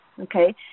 okay